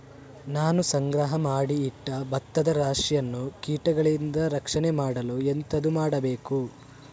ನಾನು ಸಂಗ್ರಹ ಮಾಡಿ ಇಟ್ಟ ಭತ್ತದ ರಾಶಿಯನ್ನು ಕೀಟಗಳಿಂದ ರಕ್ಷಣೆ ಮಾಡಲು ಎಂತದು ಮಾಡಬೇಕು?